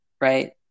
right